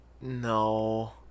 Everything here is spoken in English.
No